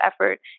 effort